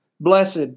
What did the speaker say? Blessed